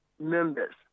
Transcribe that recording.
members